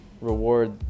reward